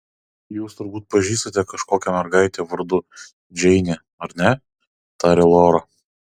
jūs turbūt pažįstate kažkokią mergaitę vardu džeinė ar ne tarė lora